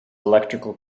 electrical